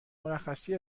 مرخصی